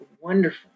wonderful